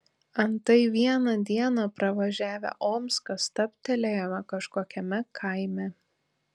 antai vieną dieną pravažiavę omską stabtelėjome kažkokiame kaime